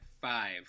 five